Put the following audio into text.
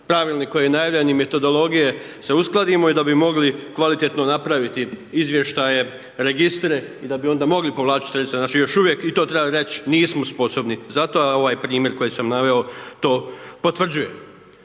pravilnik koji je najavljen i metodologije se uskladimo da bi mogli kvalitetno napraviti izvještaje, registre i da bi onda mogli povlačiti sredstva, znači još uvijek i to treba reći, nismo sposobni za to a ovaj primjer koji sam naveo to potvrđuje.